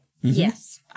yes